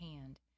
hand